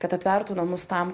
kad atvertų namus tam